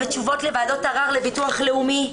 בתשובות בוועדות הערער לביטוח הלאומי.